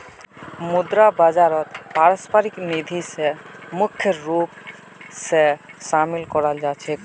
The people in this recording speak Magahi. मुद्रा बाजारत पारस्परिक निधि स मुख्य रूप स शामिल कराल जा छेक